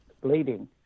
bleeding